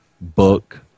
book